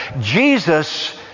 Jesus